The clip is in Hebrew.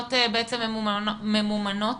אנחנו מציגים בצורה מפורטת כל מלון וכל